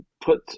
Put